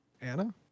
Anna